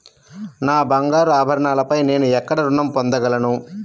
నా బంగారు ఆభరణాలపై నేను ఎక్కడ రుణం పొందగలను?